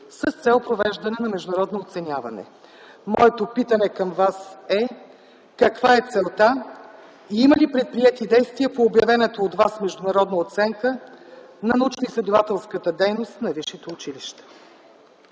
с цел провеждане на международно оценяване. Моето питане към Вас е: каква е целта и има ли предприети действия по обявената от Вас международна оценка на научноизследователската дейност на висшите училища?